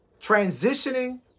transitioning